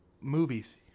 movies